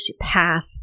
path